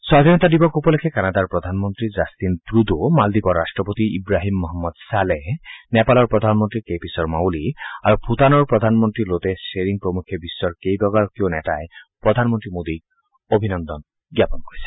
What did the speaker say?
স্বাধীনতা দিৱস উপলক্ষে কানাডাৰ প্ৰধানমন্ত্ৰী জাট্টিন ট্টডো মালদীপৰ ৰট্টপতি ইৱাহিম মহম্মদ ছালেহ নেপালৰ প্ৰধানমন্ত্ৰী কে পি শৰ্মা অলি আৰু ভূটানৰ প্ৰধানমন্ত্ৰী লোটে শ্বেৰিং প্ৰমুখ্যে বিশ্বৰ কেইবাগৰাকীও নেতাই প্ৰধানমন্ত্ৰী মোদীক অভিনন্দন জ্ঞাপন কৰিছে